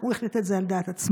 הוא החליט את זה על דעת עצמו.